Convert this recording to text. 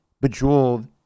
bejeweled